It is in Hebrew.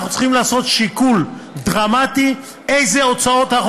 אנחנו צריכים לעשות שיקול דרמטי איזה הוצאות אנחנו